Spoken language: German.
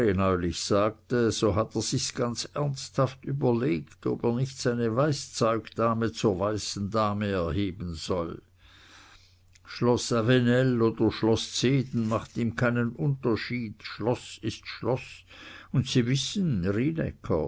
neulich sagte so hat er sich's ganz ernsthaft überlegt ob er nicht seine weißzeug dame zur weißen dame erheben soll schloß avenel oder schloß zehden macht ihm keinen unterschied schloß ist schloß und sie wissen